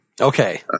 Okay